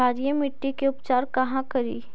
क्षारीय मिट्टी के उपचार कहा करी?